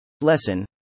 Lesson